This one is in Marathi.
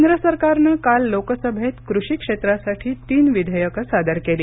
केंद्र सरकारन काल लोकसभेत कृषी क्षेत्रासाठी तीन विधेयकं सादर केली